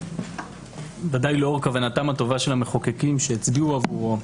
בוודאי לאור כוונתם הטובה של המחוקקים שהצביעו עבורו,